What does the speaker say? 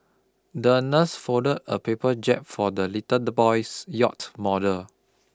the nurse folded a paper jib for the little boy's yacht model